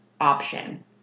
option